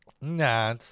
Nah